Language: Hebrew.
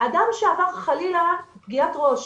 אדם שעבר חלילה פגיעת ראש,